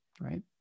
Right